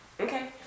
Okay